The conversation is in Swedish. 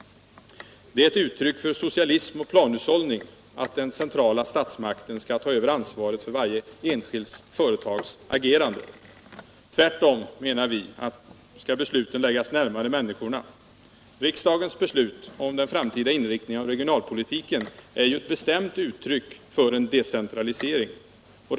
Det är ett uttryck för socialism och planhushållning att den centrala statsmakten skall ta över ansvaret för varje enskilt företags agerande. Tvärtom skall besluten läggas närmare människorna. Riksdagens beslut om den framtida inriktningen av regionalpolitiken är ju ett bestämt uttryck för en decentralisering.